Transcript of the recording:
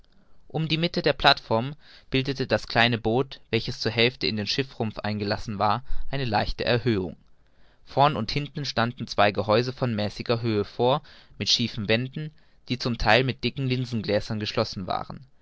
um die mitte der plateform bildete das kleine boot welches zur hälfte in den schiffsrumpf eingelassen war eine leichte erhöhung vorn und hinten standen zwei gehäuse von mäßiger höhe vor mit schiefen wänden die zum theil mit dicken linsengläsern geschlossen waren